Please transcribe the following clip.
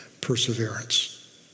perseverance